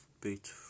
beat